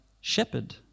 shepherd